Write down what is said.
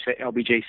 LBJ